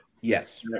Yes